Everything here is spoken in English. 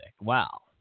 Wow